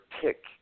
pick